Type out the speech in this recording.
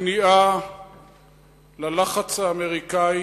הכניעה ללחץ האמריקני